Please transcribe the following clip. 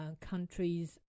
countries